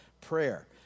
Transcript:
prayer